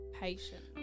Patient